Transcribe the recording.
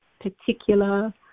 particular